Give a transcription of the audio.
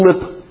slip